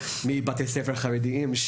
מבתי ספר חרדיים.